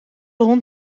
hond